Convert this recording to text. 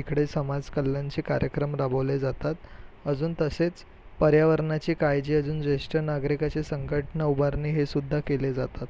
इकडे समाज कल्याणचे कार्यक्रम राबवले जातात अजून तसेच पर्यावरणाची काळजी अजून ज्येष्ठ नागरिकाची संघटना उभारणी हे सुद्धा केले जातात